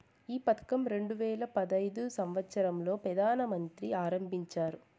ఈ పథకం రెండు వేల పడైదు సంవచ్చరం లో ప్రధాన మంత్రి ఆరంభించారు